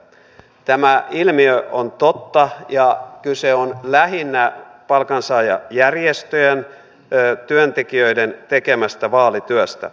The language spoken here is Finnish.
tämä ilmiö on totta ja kyse on lähinnä palkansaajajärjestöjen työntekijöiden tekemästä vaalityöstä